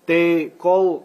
tai kol